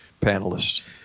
panelists